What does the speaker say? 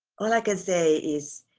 all i can say is,